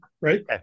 Right